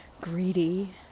greedy